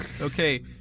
Okay